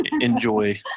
enjoy